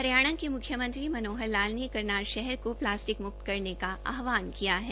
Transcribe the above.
हरियाणा के मुख्यमंत्री मनोहर लाल ने करनाल शहर को प्लास्टिक मुक्त करने का आह्वान किया है